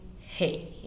hey